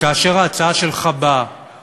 כאשר ההצעה שלך באה